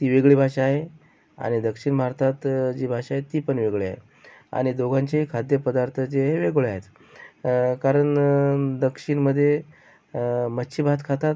ती वेगळी भाषा आहे आणि दक्षिण भारतात जी भाषा आहे ती पण वेगळी आहे आणि दोघांचेही खाद्यपदार्थ जे वेगवेगळे आहेत कारण दक्षिणमध्ये मच्छीभात खातात